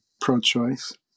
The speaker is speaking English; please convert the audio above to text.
pro-choice